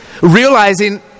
realizing